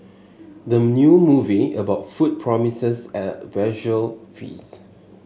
the new movie about food promises a visual feast